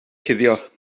cuddio